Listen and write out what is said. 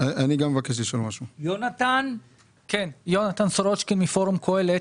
יונתן סורוצקין מפורום קהלת.